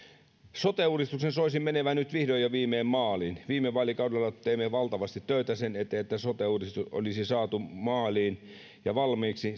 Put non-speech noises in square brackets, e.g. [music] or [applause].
sote uudistuksen soisi menevän nyt vihdoin ja viimein maaliin viime vaalikaudella teimme valtavasti töitä sen eteen että sote uudistus olisi saatu maaliin ja valmiiksi [unintelligible]